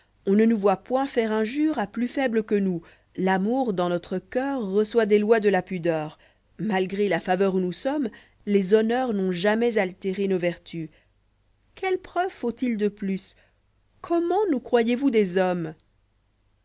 on ne nous voit point faire injure a plus foiblé que nous l'amour dans notre coeur reçoit des lois de la pudeur malgré la faveur où nous sommes les honneurs n'ont jamais altéré nos vertus quelles preuves faut-il de plus comment nous croyez-vous des hommes